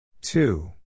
Two